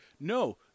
no